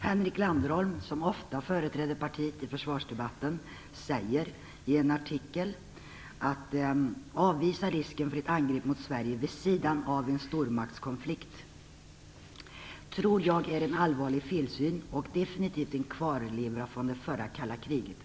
Henrik Landerholm, som ofta företräder partiet i försvarsdebatten, säger i en artikel: Att avvisa risken för ett angrepp mot Sverige vid sidan av en stormaktskonflikt, tror jag är en allvarlig felsyn och definitivt en kvarleva från det förra kalla kriget.